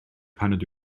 paned